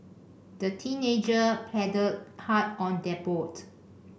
the teenager paddled hard on their boat